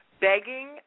begging